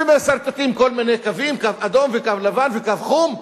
ומסרטטים כל מיני קווים, קו אדום, קן לבן וקו חום,